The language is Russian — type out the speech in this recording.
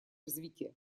развития